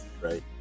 right